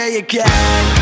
again